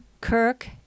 Kirk